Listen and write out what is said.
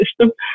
system